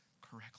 correctly